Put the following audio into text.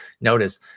notice